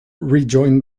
rejoined